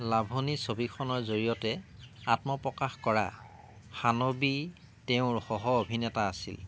লাভনী ছবিখনৰ জৰিয়তে আত্মপ্ৰকাশ কৰা শানৱী তেওঁৰ সহ অভিনেতা আছিল